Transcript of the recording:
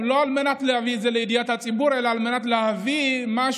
לא על מנת להביא את זה לידיעת הציבור אלא